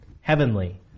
heavenly